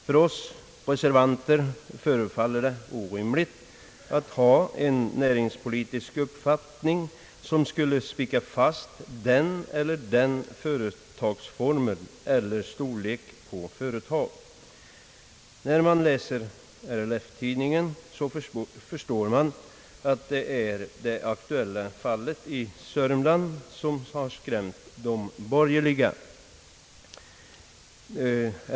För oss reservanter förefaller det orimligt att ha en näringspolitisk uppfattning, som skulle spika fast den eller den företagsformen eller storleken på företag. När man läser RLF-tidningen förstår man att det är det aktuella fallet i Sörmland som skrämt de borgerliga.